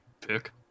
pick